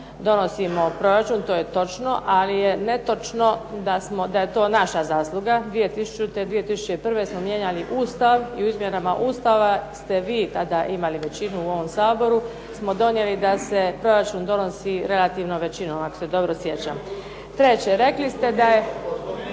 donosimo proračun, to je točno. Ali je netočno da je to naša zasluga. 2000., 2001. smo mijenjali Ustav i u izmjenama Ustava ste vi tada imali većinu u ovom Saboru, smo donijeli da se proračun donosi relativnom većinom, ako se dobro sjećam. Treće, rekli ste da je.